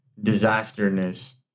disasterness